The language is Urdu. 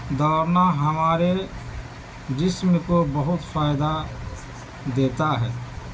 دوڑنا ہمارے جسم کو بہت فائدہ دیتا ہے